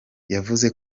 yavuze